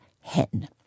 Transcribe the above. hen